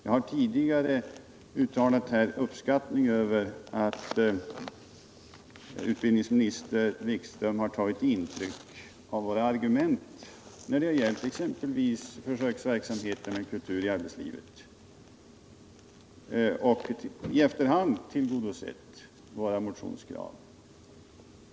Jag har tidigare här i kammaren uttalat uppskattning över att utbildningsminister Wikström har tagit intryck av våra argument när det gällt exempelvis försöksverksamheten med kultur i arbetslivet och i efterhand tillgodosett våra motionskrav.